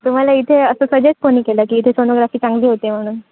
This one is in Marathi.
तुम्हाला इथे असं सजेस्ट कोणी केलं की इथे सोनोग्राफी चांगली होते म्हणून